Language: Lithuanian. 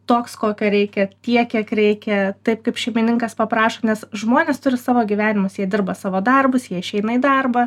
toks kokio reikia tiek kiek reikia taip kaip šeimininkas paprašo nes žmonės turi savo gyvenimus jie dirba savo darbus jie išeina į darbą